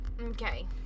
Okay